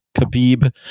Khabib